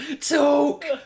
talk